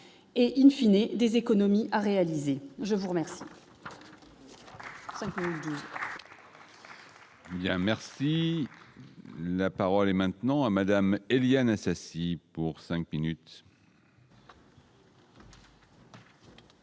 et in fine et des économies à réaliser, je vous remercie.